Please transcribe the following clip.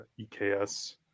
EKS